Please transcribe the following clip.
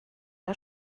der